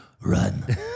run